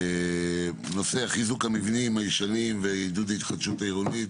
נושא חיזוק המבנים הישנים ועידוד ההתחדשות העירונית,